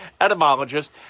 etymologist